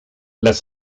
las